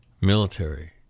military